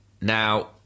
Now